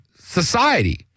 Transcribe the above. society